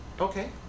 Okay